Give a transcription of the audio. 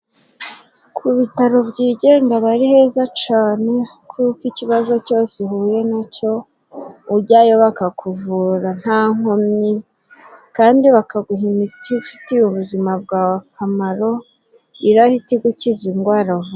Ku bitaro byigenga aba ari heza cane kuko ikibazo cyose uhuye nacyo ujyayo bakakuvura nta nkomyi, kandi bakaguha imiti ifitiye ubuzima bwawe akamaro, irahita igukiza indwara vuba.